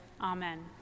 amen